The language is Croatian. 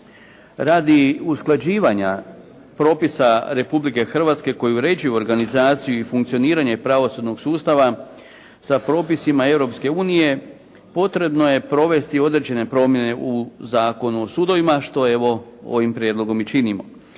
Radi usklađivanja propisa Republike Hrvatske koji uređuju organizaciju i funkcioniranje pravosudnog sustava sa propisima Europske unije, potrebno je provesti određene promjene u Zakonu o sudovima što evo ovim prijedlogom i činimo.